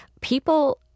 people